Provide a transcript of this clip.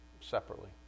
separately